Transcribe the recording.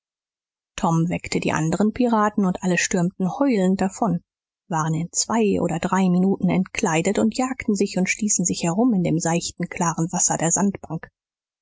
tom weckte die anderen piraten und alle stürmten heulend davon waren in zwei oder drei minuten entkleidet und jagten sich und stießen sich herum in dem seichten klaren wasser der sandbank